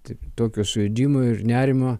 tik tokio sujudimo ir nerimo